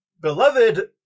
Beloved